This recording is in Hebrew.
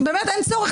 באמת אין צורך,